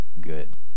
good